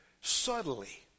subtly